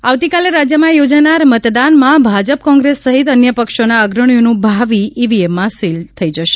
હરીફ ઉમેદવારો આવતીકાલે રાજ્યમાં યોજાનારા મતદાનમાં ભાજપ કોંગ્રેસ સહિત અન્ય પક્ષોના અગ્રણીઓનું ભાવિ ઇવીએમમાં સીલ થઇ જશે